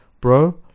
Bro